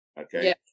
Okay